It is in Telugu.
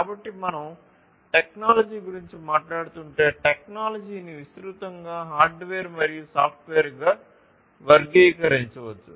కాబట్టి మనం టెక్నాలజీ గురించి మాట్లాడుతుంటే టెక్నాలజీని విస్తృతంగా హార్డ్వేర్ మరియు సాఫ్ట్వేర్గా వర్గీకరించవచ్చు